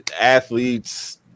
athletes